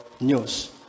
news